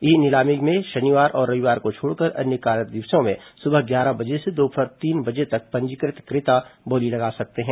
ई नीलामी में शनिवार और रविवार को छोड़कर अन्य कार्य दिवसों में सुबह ग्यारह बजे से दोपहर तीन बजे तक पंजीकृत क्रेता बोली लगा सकते हैं